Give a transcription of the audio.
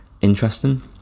interesting